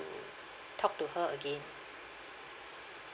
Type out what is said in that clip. to talk to her again